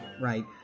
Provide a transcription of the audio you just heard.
right